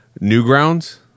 Newgrounds